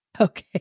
Okay